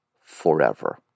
forever